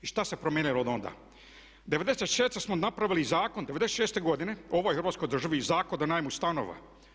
I šta se promijenilo od onda? '96. smo napravili zakon, '96. godine u ovoj Hrvatskoj državi i Zakon o najmu stanova.